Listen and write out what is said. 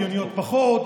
הגיוניות פחות,